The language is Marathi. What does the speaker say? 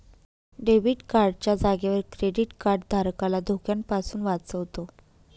डेबिट कार्ड च्या जागेवर क्रेडीट कार्ड धारकाला धोक्यापासून वाचवतो